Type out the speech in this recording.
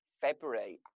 February